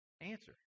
Answer